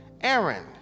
Aaron